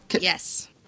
Yes